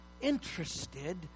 interested